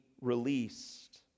released